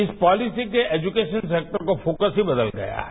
इस पॉलिसी के education sector का फोकस भी बदल गया है